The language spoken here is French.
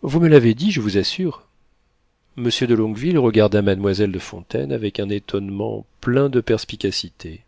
vous me l'avez dit je vous assure monsieur de longueville regarda mademoiselle de fontaine avec un étonnement plein de perspicacité